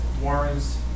Warren's